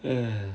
ya